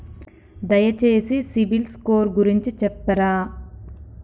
దయచేసి సిబిల్ స్కోర్ గురించి చెప్తరా?